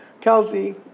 Kelsey